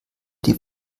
die